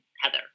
heather